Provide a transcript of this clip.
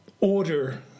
order